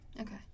Okay